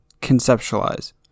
conceptualize